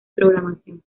programación